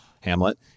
Hamlet